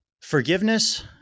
forgiveness